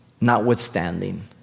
notwithstanding